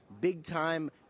big-time